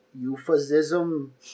Euphemism